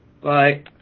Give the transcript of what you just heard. Bye